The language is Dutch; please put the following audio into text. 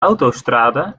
autostrade